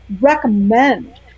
recommend